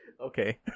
okay